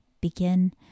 begin